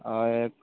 ହଏ